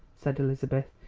said elizabeth,